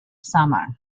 samar